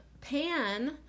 Pan